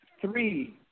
three